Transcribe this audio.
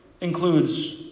includes